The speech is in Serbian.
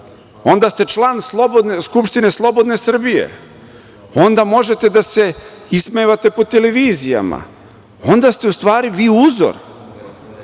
onda ste član skupštine slobodne Srbije, onda možete da se ismevate po televizijama, onda ste u stvari vi uzor,